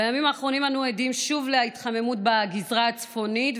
בימים האחרונים אנו עדים שוב להתחממות בגזרה הצפונית,